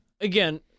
again